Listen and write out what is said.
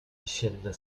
jesienne